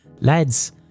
lads